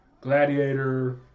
Gladiator